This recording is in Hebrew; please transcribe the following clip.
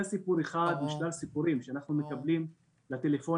זה סיפור אחד משלל סיפורים שאנחנו מקבלים לטלפונים,